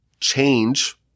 change